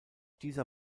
dieser